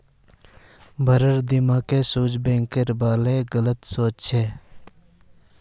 भारिर दिमागत स्विस बैंकेर बारे गलत सोच छेक